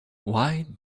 why